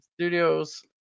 Studios